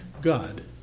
God